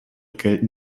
gelten